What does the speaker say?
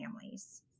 families